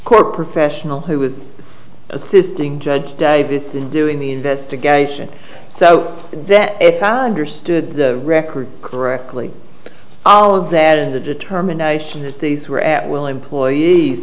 court professional who was assisting judge davis in doing the investigation so that if i understood the record correctly all of that and a determination that these were at will employees